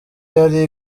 yari